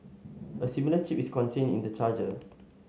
a similar chip is contained in the charger